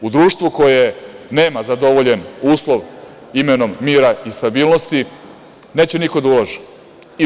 U društvu koje nema zadovoljen uslov imenom mira i stabilnosti neće niko da ulaže.